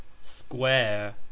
Square